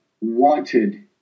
wanted